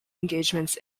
engagements